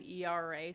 era